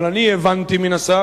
אבל אני הבנתי מן השר,